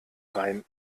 rhein